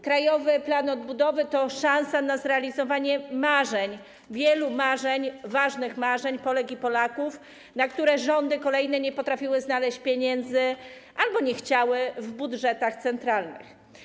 Krajowy Plan Odbudowy to szansa na zrealizowanie marzeń, wielu marzeń, ważnych marzeń Polek i Polaków, na które kolejne rządy nie potrafiły znaleźć pieniędzy albo nie chciały ich znaleźć w budżetach centralnych.